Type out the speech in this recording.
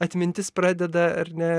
atmintis pradeda ar ne